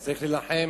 וצריך להילחם